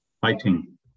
fighting